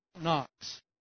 Knox